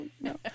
no